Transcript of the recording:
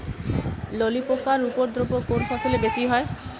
ললি পোকার উপদ্রব কোন ফসলে বেশি হয়?